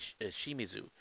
Shimizu